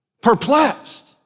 perplexed